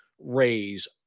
raise